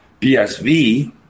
BSV